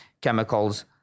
chemicals